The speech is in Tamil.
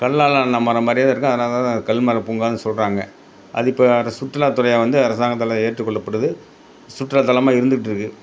கல்லால் ஆன மரம் மாதிரியே தான் இருக்கும் அதனால தான் அது கல்மரப்பூங்கான்னு சொல்கிறாங்க அது இப்போ அதை சுற்றுலா துறையாக வந்து அரசாங்கத்தால் ஏற்றுக்கொள்ளப்படுது சுற்றுலா தலமாக இருந்துட்டுருக்கு